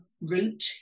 route